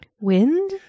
Wind